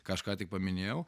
ką aš ką tik paminėjau